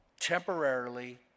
temporarily